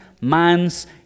man's